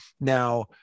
Now